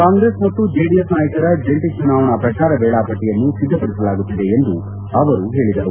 ಕಾಂಗ್ರೆಸ್ ಮತ್ತು ಜೆಡಿಎಸ್ ನಾಯಕರ ಜಂಟಿ ಚುನಾವಣಾ ಪ್ರಜಾರ ವೇಳಾ ಪಟ್ಟಿಯನ್ನು ಸಿದ್ದಪಡಿಸಲಾಗುತ್ತಿದೆ ಎಂದು ಅವರು ಪೇಳಿದರು